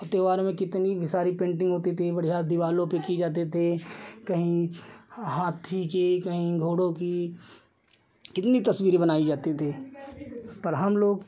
त्योहारों में कितनी सारी पेन्टिन्ग होती थी बढ़ियाँ दीवारों पर की जाती थी कहीं हाथी की कहीं घोड़ों की कितनी तस्वीरें बनाई जाती थीं पर हमलोग